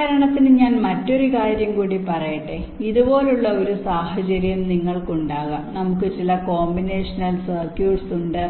ഉദാഹരണത്തിന് ഞാൻ മറ്റൊരു കാര്യം കൂടി പറയട്ടെ ഇതുപോലുള്ള ഒരു സാഹചര്യം നിങ്ങൾക്കുണ്ടാകാം നമുക്ക് ചില കോമ്പിനേഷണൽ സർക്യൂട്സ് ഉണ്ട്